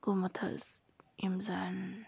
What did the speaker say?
گوٚمُت حظ یِم زَن